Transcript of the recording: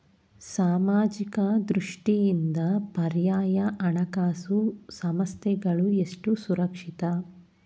ಸಾಮಾಜಿಕ ದೃಷ್ಟಿಯಿಂದ ಪರ್ಯಾಯ ಹಣಕಾಸು ಸಂಸ್ಥೆಗಳು ಎಷ್ಟು ಸುರಕ್ಷಿತ?